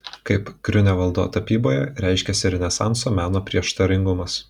kaip griunevaldo tapyboje reiškėsi renesanso meno prieštaringumas